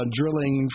drilling